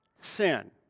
sin